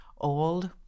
old